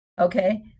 okay